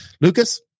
Lucas